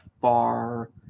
far